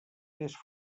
més